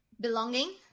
belonging